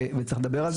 וצריך לדבר על זה.